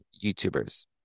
YouTubers